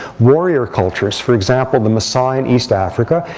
warrior cultures for example, the maasai in east africa,